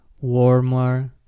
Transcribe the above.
warmer